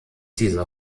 dieser